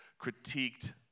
critiqued